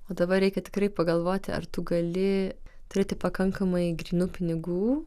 o dabar reikia tikrai pagalvoti ar tu gali turėti pakankamai grynų pinigų